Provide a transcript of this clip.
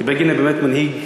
כי בגין היה באמת מנהיג,